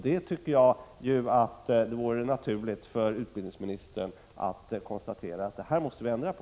Jag tycker utbildningsministern borde konstatera detta och säga att detta måste vi ändra på.